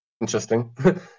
interesting